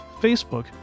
Facebook